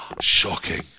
Shocking